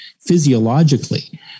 physiologically